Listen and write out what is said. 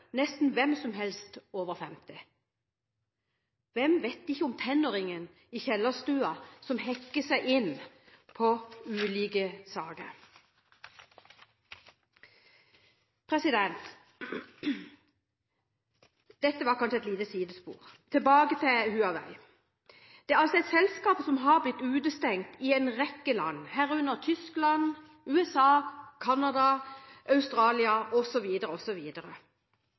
nesten hvem som helst over 50 år. Hvem vet ikke om tenåringen i kjellerstua som hacker seg inn på ulike saker? Dette var kanskje et lite sidespor – tilbake til Huawei. Det er altså et selskap som har blitt utestengt i en rekke land, herunder Tyskland, USA, Canada, Australia